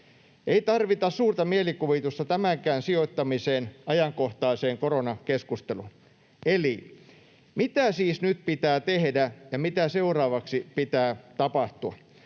Ei tarvita suurta mielikuvitusta tämänkään sijoittamiseen ajankohtaiseen koronakeskusteluun. Eli mitä siis nyt pitää tehdä, ja mitä seuraavaksi pitää tapahtua?